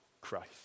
Christ